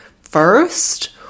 first